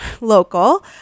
local